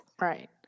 right